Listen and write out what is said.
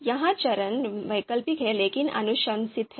यह चरण वैकल्पिक है लेकिन अनुशंसित है